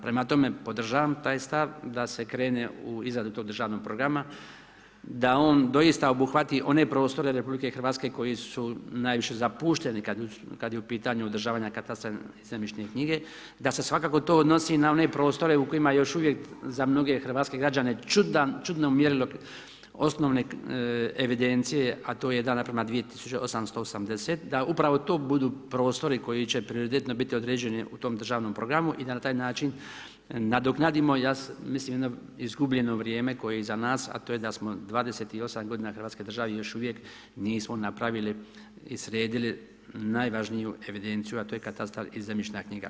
Prema tome, podržavam taj stav da se krene u izradu tog državnog programa, da on doista obuhvati one prostore RH koji su najviše zapušteni kada je u pitanju održavanje katastra i zemljišne knjige, da se svakako to odnosi i na one prostore u kojima još uvijek za mnoge hrvatske građane čudno mjerilo osnovne evidencije a to je 1:2880, da upravo to budu prostori koji će prioritetno biti određeni u tom državnom programu i da na taj način nadoknadimo ja mislim jedno izgubljeno vrijeme koje je iza nas a to je da smo 28 godina Hrvatske države još uvijek nismo napravili i sredili najvažniju evidenciju a to je katastar i zemljišna knjiga.